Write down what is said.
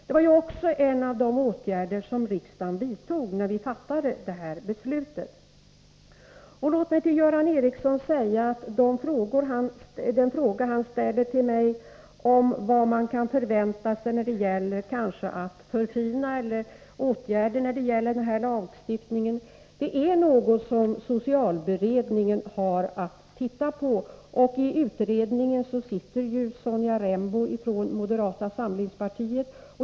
Det var ju också en av de åtgärder riksdagen vidtog när vi fattade det här beslutet. Låt mig till Göran Ericsson säga, med anledning av den fråga han ställt till mig om vad man kan förvänta sig när det gäller att förfina åtgärderna enligt denna lagstiftning, att det är något som socialberedningen har att titta på. I utredningen sitter Sonja Rembo från moderata samlingspartiet.